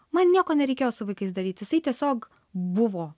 man nieko nereikėjo su vaikais daryt jisai tiesiog buvo